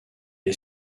est